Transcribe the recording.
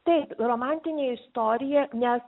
taip romantinė istorija nes